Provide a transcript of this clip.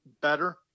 better